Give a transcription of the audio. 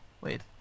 Wait